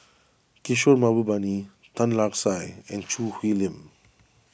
Kishore Mahbubani Tan Lark Sye and Choo Hwee Lim